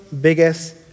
biggest